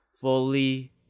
fully